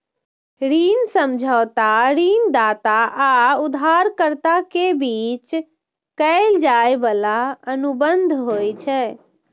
ऋण समझौता ऋणदाता आ उधारकर्ता के बीच कैल जाइ बला अनुबंध होइ छै